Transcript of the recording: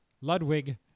Ludwig